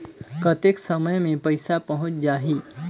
कतेक समय मे पइसा पहुंच जाही?